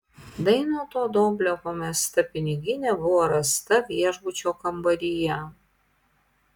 dainoto doblio pamesta piniginė buvo rasta viešbučio kambaryje